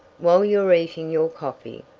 while you're eatin' your coffee,